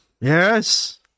Yes